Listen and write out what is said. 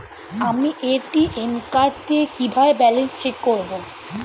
আমি ATM card দিয়ে কিভাবে ব্যালেন্স চেক করব?